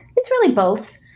it's really both.